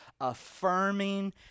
affirming